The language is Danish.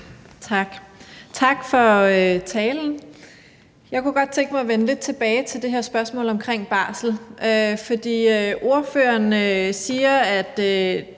Tak for talen. Jeg kunne godt tænke mig at vende lidt tilbage til det her spørgsmål om barsel. Ordføreren siger, at